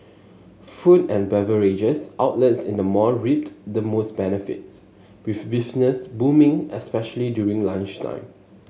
food and beverages outlets in the mall reaped the most benefits with business booming especially during lunchtime